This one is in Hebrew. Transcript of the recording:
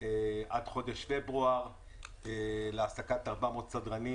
עד חודש פברואר להעסקת 400 סדרנים